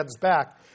back